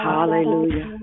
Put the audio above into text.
Hallelujah